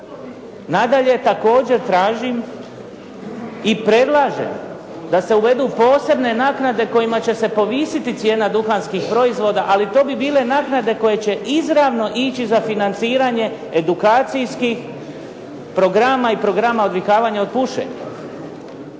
Nadalje, također tražim i predlažem da se uvedu posebne naknade kojima će se povisiti cijena duhanskih proizvoda, ali to bi bile naknade koje će izravno ići za financiranje edukacijskih programa i programa odvikavanja od pušenja.